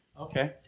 okay